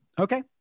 Okay